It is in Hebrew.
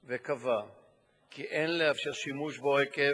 וקבע כי אין לאפשר שימוש בו עקב